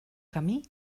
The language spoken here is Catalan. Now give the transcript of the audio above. camí